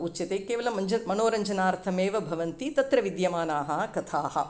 उच्यते केवलं मञ्ज मनोरञ्जनार्थम् एव भवन्ति तत्र विद्यमानाः कथाः